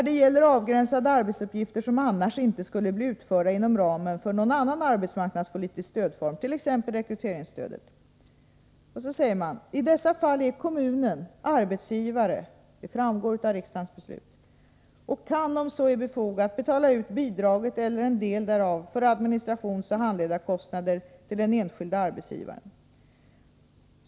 Det gäller avgränsade arbetsuppgifter som annars inte skulle bli utförda inom ramen för någon annan arbetsmarknadspolitisk stödform, t.ex. rekryteringsstödet. I sådana fall är kommunen arbetsgivare, vilket framgår av riksdagens beslut, och kan, om så är befogat, betala ut bidraget — eller delar därav — för administrationsoch handledarkostnader till den enskilde arbetsgivaren.